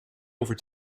over